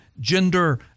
gender